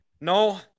No